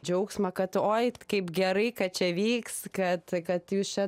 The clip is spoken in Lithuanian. džiaugsmą kad oi kaip gerai kad čia vyks kad kad jūs čia